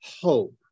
hope